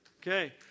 Okay